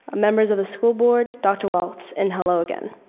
members of the school board, dr. walts and hello again.